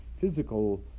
physical